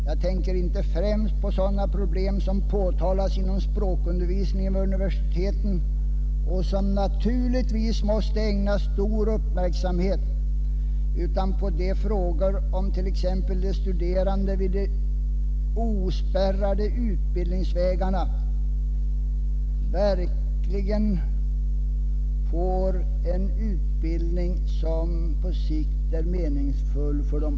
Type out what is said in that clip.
Jag tänker inte främst på sådana problem som påtalas inom språkundervisningen vid universiteten och som naturligtvis måste ägnas stor uppmärksamhet utan på sådana frågor som t.ex. om de studerande vid de ospärrade utbildningsvägarna verkligen får en utbildning som på sikt är meningsfull för dem.